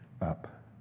up